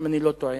אם אני לא טועה.